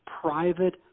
private